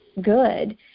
good